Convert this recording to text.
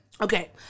Okay